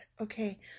Okay